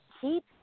keep